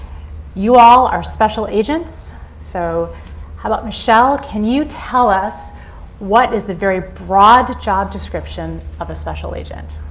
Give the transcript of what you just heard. you all are special agents, so how about michelle, can you tell us what is the very broad job description of a special agent?